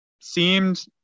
seemed